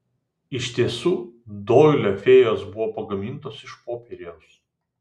iš tiesų doilio fėjos buvo pagamintos iš popieriaus